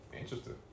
Interesting